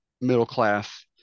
middle-class